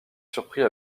surpris